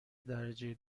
درجه